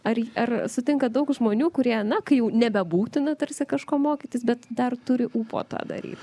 ar ar sutinkat daug žmonių kurie na kai jau nebebūtina tarsi kažko mokytis bet dar turi ūpo tą daryt